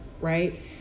right